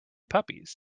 puppies